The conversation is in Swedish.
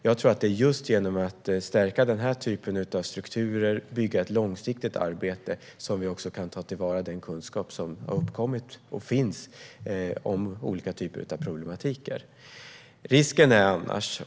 Jag tror att det är just genom att stärka denna typ av strukturer och bygga ett långsiktigt arbete som vi kan ta till vara den kunskap som har uppkommit och som finns om olika typer av problematik.